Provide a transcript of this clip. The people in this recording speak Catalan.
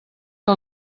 que